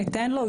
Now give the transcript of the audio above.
ניתן לו,